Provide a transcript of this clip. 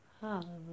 hallelujah